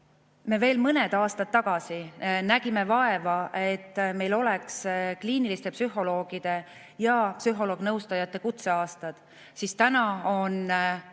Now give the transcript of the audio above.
me veel mõned aastad tagasi nägime vaeva, et meil oleks kliiniliste psühholoogide ja psühholoog-nõustajate kutseaastad, siis täna on